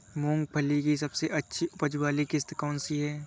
मूली की सबसे अच्छी उपज वाली किश्त कौन सी है?